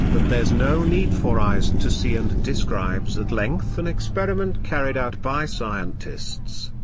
that there's no need for eyes to see and describes at length an experiment carried out by scientists.